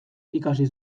ikasi